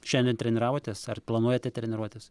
šiandien treniravotės ar planuojate treniruotis